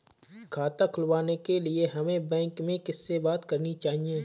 खाता खुलवाने के लिए हमें बैंक में किससे बात करनी चाहिए?